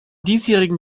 diesjährigen